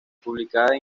publicada